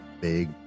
big